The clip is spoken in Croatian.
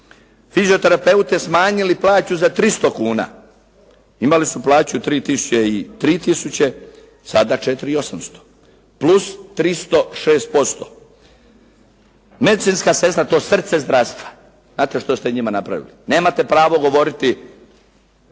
Fizioterapeutima smanjili plaću za 300 kuna. Imali su plaću 3 000, sada 4 800 plus 300 6%. Medicinska sestra, to je srce zdravstva. Znate što ste njima napravili? Nemate pravo govoriti,